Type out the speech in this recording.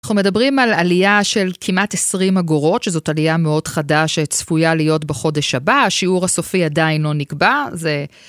אנחנו מדברים על עלייה של כמעט 20 אגורות, שזאת עלייה מאוד חדה, שצפויה להיות בחודש הבא. השיעור הסופי עדיין לא נקבע, זה...